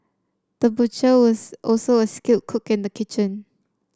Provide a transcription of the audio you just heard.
the butcher was also a skilled cook in the kitchen